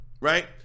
Right